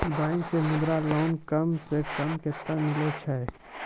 Bank से Mudra loan कम सऽ कम कतैय मिलैय छै?